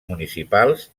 municipals